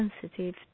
sensitive